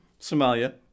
Somalia